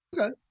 okay